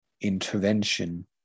intervention